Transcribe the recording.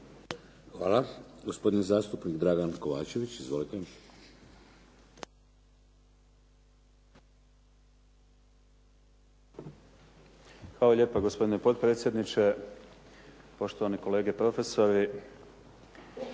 Hvala. Gospodin zastupnik Dragan Kovačević. Izvolite. **Kovačević, Dragan (HDZ)** Hvala lijepa gospodine potpredsjedniče, poštovani kolege profesori.